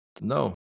no